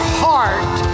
heart